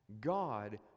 God